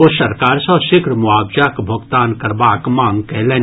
ओ सरकार सँ शीघ्र मोआवजाक भोगतान करबाक मांग कयलनि